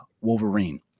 Wolverine